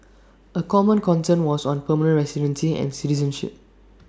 A common concern was on permanent residency and citizenship